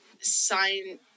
Sign